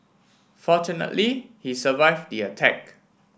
fortunately he survived the attack